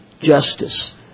justice